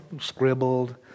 scribbled